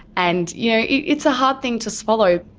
and you know it's a hard thing to swallow.